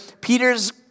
Peter's